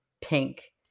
pink